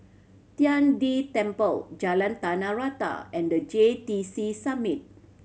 Tian De Temple Jalan Tanah Rata and The J T C Summit